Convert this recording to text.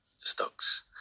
stocks